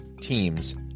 teams